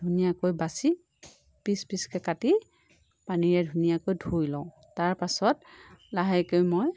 ধুনীয়াকৈ বাচি পিচ পিচকৈ কাটি পানীৰে ধুনীয়াকৈ ধুই লওঁ তাৰ পাছত লাহেকৈ মই